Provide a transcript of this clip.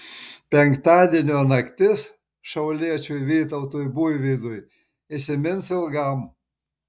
penktadienio naktis šiauliečiui vytautui buivydui įsimins ilgam